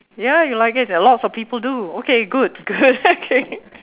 ya you like it lots of people do okay good good okay